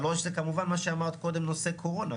שלוש, זה כמובן מה שאמרת קודם, נושא קורונה.